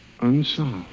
unsolved